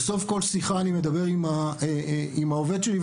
בסוף כל שיחה אני מדבר עם העובד שלי,